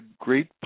great